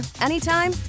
anytime